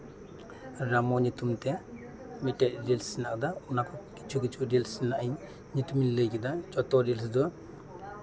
ᱨᱟᱢᱚ ᱧᱩᱛᱩᱢ ᱛᱮ ᱢᱤᱫᱴᱮᱱ ᱨᱤᱞᱥ ᱦᱮᱱᱟᱜ ᱟᱠᱟᱫᱟ ᱚᱱᱟᱠᱚ ᱠᱤᱪᱷᱩᱼᱠᱤᱪᱷᱩ ᱨᱤᱞᱥ ᱨᱮᱭᱟᱜ ᱤᱧ ᱧᱩᱛᱩᱢᱤᱧ ᱞᱟᱹᱭ ᱠᱮᱫᱟ ᱡᱚᱛᱚ ᱨᱤᱞᱥ ᱫᱚ